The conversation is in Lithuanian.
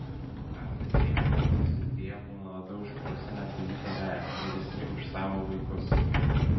kartais jie emocijų srityje būna labiau išprusę negu jų tėveliai vyresni už savo vaikus